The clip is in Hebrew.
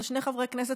שני חברי כנסת,